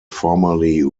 formerly